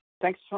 Thanks